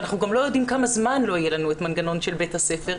ואנחנו גם לא יודעים כמה זמן לא יהיה לנו את המנגנון של בית הספר.